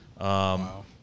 Wow